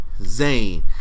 Zayn